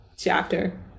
chapter